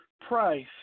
price